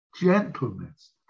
gentleness